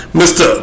mr